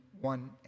one